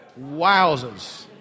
Wowzers